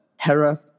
Hera